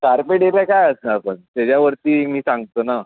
carpet area काय असणार पण त्याच्यावरती मी सांगतो नं